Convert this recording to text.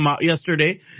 yesterday